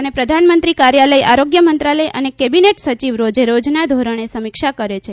અને પ્રધાનમંત્રી કાર્યાલય આરોગ્ય મંત્રાલય અને કેબીનેટ સચિવ રોજેરોજના ધોરણે સમીક્ષા કરે છે